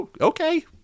okay